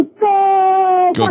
Go